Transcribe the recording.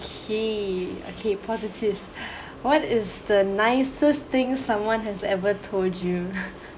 see okay positive what is the nicest thing someone has ever told you